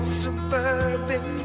suburban